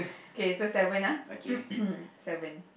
okay so seven ah seven